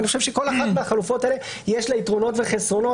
אני חושב שלכל אחת מהחלופות האלה יש יתרונות וחסרונות,